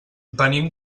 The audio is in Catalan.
venim